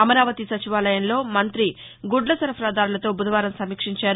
అమరావతి సచివాలయంలో మంత్రి గుడ్ల సరఫరా దారులతో బుధవారం సమీక్షించారు